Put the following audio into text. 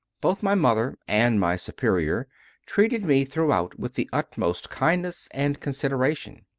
both my mother and my superior treated me throughout with the utmost kindness and con sideration.